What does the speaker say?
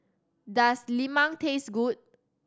does lemang taste good